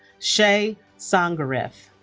shay sondgerath